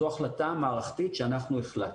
זו החלטה מערכתית שאנחנו החלטנו.